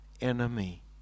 enemy